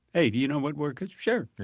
hey, do you know what work is? sure.